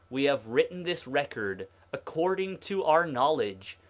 we have written this record according to our knowledge,